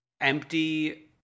empty